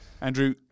Andrew